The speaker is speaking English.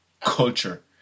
culture